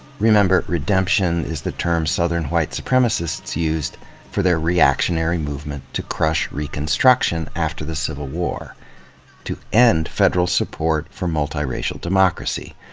remember, redemption is the term southern white supremacists used for their reactionary movement to crush reconstruction after the civil war to end federal support for multiracial democracy.